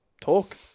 talk